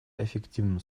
эффективным